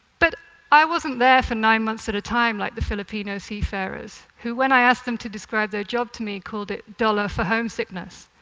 but i wasn't there for nine months at a time like the filipino seafarers, who, when i asked them to describe their job to me, called it dollar for homesickness.